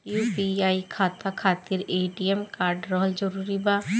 UPI खाता खातिर ATM card रहल जरूरी बा?